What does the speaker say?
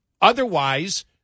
Otherwise